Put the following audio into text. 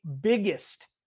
biggest